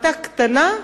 החלטה קטנה,